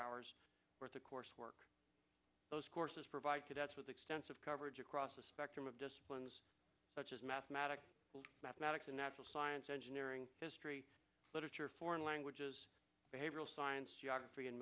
hours worth of course work those courses provide cadets with extensive coverage across the spectrum of disciplines such as mathematics mathematics and natural science engineering history literature foreign languages behavioral science geography and